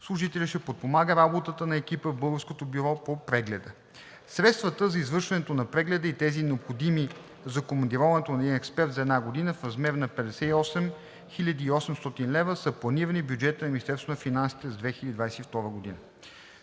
Служителят ще подпомага работата на екипа в българското бюро по прегледа. Средствата за извършването на прегледа и тези, необходими за командироването на един експерт за една година в размер на 58 800 лв., са планирани по бюджета на Министерството на